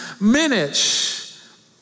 minutes